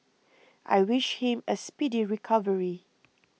I wish him a speedy recovery